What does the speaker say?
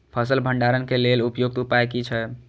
फसल भंडारण के लेल उपयुक्त उपाय कि छै?